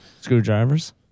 screwdrivers